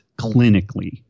clinically